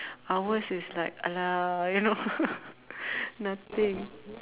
ours is like !alah! you know nothing